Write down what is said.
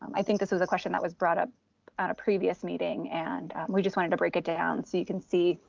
i think this was a question that was brought up at a previous meeting and we just wanted to break it down so you can see,